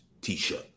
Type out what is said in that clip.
t-shirt